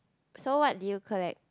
so what did you collect